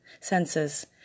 senses